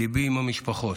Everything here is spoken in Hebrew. ליבי עם המשפחות.